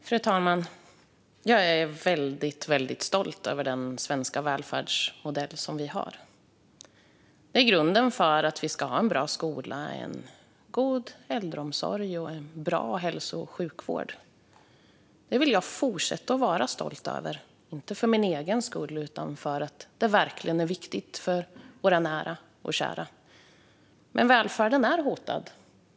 Fru talman! Jag är väldigt stolt över den välfärdsmodell som vi har i Sverige. Den är grunden för att vi ska ha en bra skola, en god äldreomsorg och en bra hälso och sjukvård. Jag vill fortsätta vara stolt över den, inte för min egen skull utan för att den verkligen är viktig för våra nära och kära. Men nu är välfärden hotad.